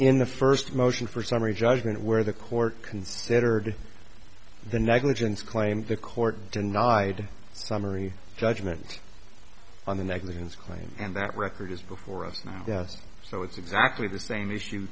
in the first motion for summary judgment where the court considered the negligence claim the court denied summary judgment on the negligence claim and that record is before us now so it's exactly the same issue